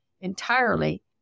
entirely